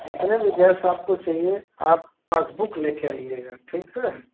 जितने भी गैस आपको चाहिए आप पासबुक ले कर आइएगा ठीक है